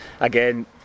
Again